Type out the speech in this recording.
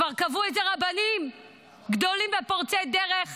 כבר קבעו את זה רבנים גדולים ופורצי דרך